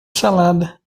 salada